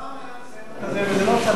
בשפרעם היה ניסיון,